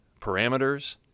parameters